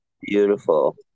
Beautiful